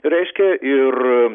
reiškia ir